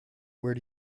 where